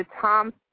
Tom